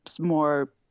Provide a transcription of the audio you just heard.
more